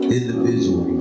individual